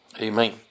Amen